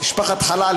משפחת חללי.